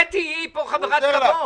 קטי היא פה חברת כבוד.